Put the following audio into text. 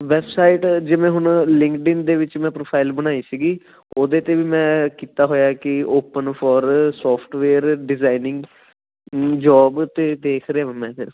website ਜਿਵੇਂ ਹੁਣ LinkedIn ਦੇ ਵਿੱਚ ਮੈਂ ਪ੍ਰੋਫਾਈਲ ਬਣਾਈ ਸੀਗੀ ਉਹਦੇ 'ਤੇ ਵੀ ਮੈਂ ਕੀਤਾ ਹੋਇਆ ਕਿ open for software designing job 'ਤੇ ਦੇਖ ਰਿਹਾ ਮੈਂ ਫਿਰ